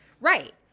Right